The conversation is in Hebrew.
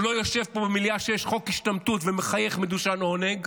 והוא לא יושב פה במליאה כשיש חוק השתמטות ומחייך מדושן עונג.